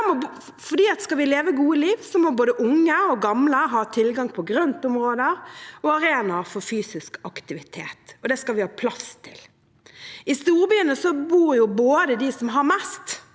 å leve et godt liv må både unge og gamle ha tilgang på grøntområder og arenaer for fysisk aktivitet, og det skal vi ha plass til. I storbyene bor både de som har mest,